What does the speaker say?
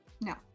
No